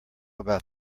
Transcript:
about